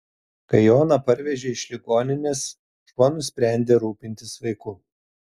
kai joną parvežė iš ligoninės šuo nusprendė rūpintis vaiku